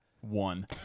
one